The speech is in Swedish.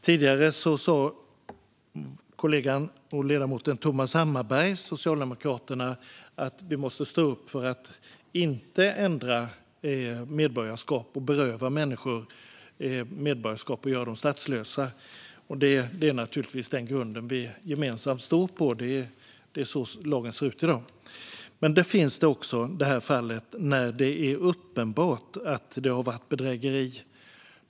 Tidigare sa kollegan och ledamoten Thomas Hammarberg från Socialdemokraterna att vi måste stå upp för att inte ändra i och beröva människor medborgarskap och på så sätt göra dem statslösa. Det är naturligtvis den grunden vi gemensamt står på, och det är så lagen ser ut i dag. Men så har vi de fall där det är uppenbart att det handlar om bedrägeri.